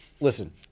Listen